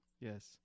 Yes